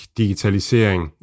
digitalisering